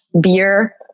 beer